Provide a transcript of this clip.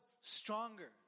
stronger